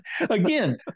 Again